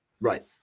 Right